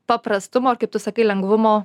paprastumo ir kaip tu sakai lengvumo